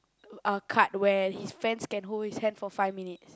uh card where his fans can hold his hands for five minutes